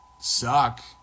suck